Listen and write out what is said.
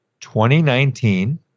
2019